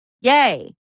yay